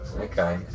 Okay